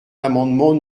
l’amendement